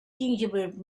gingerbread